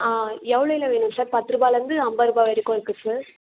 ஆ எவ்ளோவில வேணும் சார் பத்துரூபால இருந்து ஐம்பதுருபா வரைக்கும் இருக்கு சார்